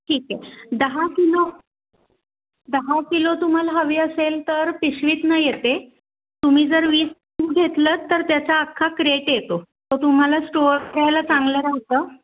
ठीक आहे दहा किलो दहा किलो तुम्हाला हवी असेल तर पिशवीतनं येते तुम्ही जर वीस घेतलं तर त्याचा अख्खा क्रेट येतो तो तुम्हाला स्टोर घ्यायला चांगलं राहतं